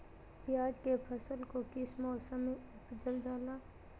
प्याज के फसल को किस मौसम में उपजल जाला?